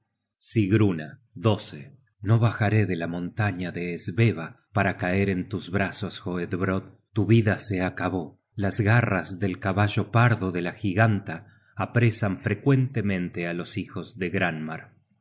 son infatigables sigruna no bajaré de la montaña de sveva para caer en tus brazos hoedbrodd tu vida se acabó las garras del caballo pardo de la giganta apresan frecuentemente á los hijos de granmar